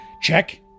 Check